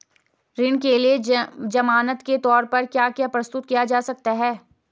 ऋण के लिए ज़मानात के तोर पर क्या क्या प्रस्तुत किया जा सकता है?